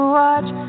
watch